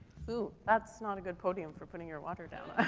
oh. that's not a good podium for putting your water down on.